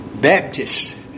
Baptist